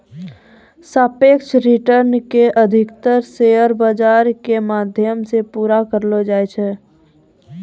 सापेक्ष रिटर्न के अधिकतर शेयर बाजार के माध्यम से पूरा करलो जाय छै